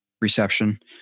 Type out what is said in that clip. Reception